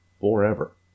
forever